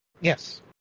Yes